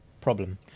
problem